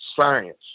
science